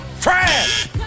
Trash